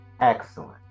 Excellent